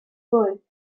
blwydd